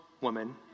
woman